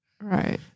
right